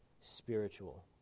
spiritual